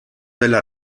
della